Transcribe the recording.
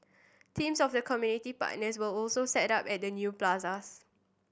teams of the community partners will also set up at the new plazas